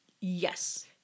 Yes